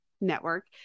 network